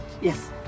yes